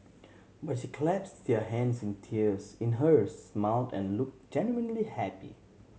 but she clasped their hands in tears in hers smiled and looked genuinely happy